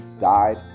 died